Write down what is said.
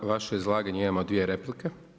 Na vaše izlaganje imamo dvije replike.